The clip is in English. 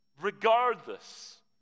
Regardless